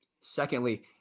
Secondly